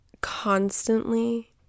constantly